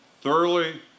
thoroughly